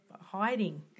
hiding